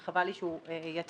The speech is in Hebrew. וחבל לי שהוא יצא.